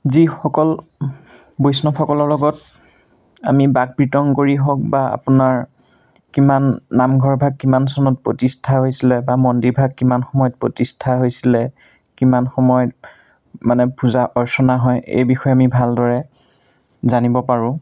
যিসকল বৈষ্ণৱসকলৰ লগত আমি বাক বৃতং কৰি হওক বা আপোনাৰ কিমান নামঘৰভাগ কিমান চনত প্ৰতিষ্ঠা হৈছিলে বা মন্দিৰভাগ কিমান সময়ত প্ৰতিষ্ঠা হৈছিলে কিমান সময়ত মানে পূজা অৰ্চনা হয় এই বিষয়ে আমি ভালদৰে জানিব পাৰোঁ